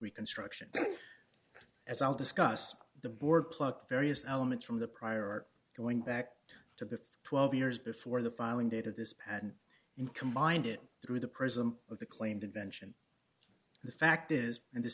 reconstruction as i'll discuss the board plucked various elements from the prior art going back to the twelve years before the filing date of this patent in combined it through the prism of the claimed invention the fact is and this